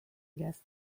guest